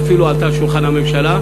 ואפילו עלתה על שולחן הממשלה.